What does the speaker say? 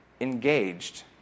engaged